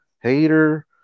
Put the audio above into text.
Hater